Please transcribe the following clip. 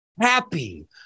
happy